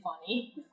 funny